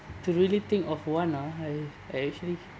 to really think of one ah I I actually